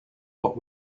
what